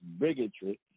bigotry